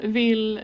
vill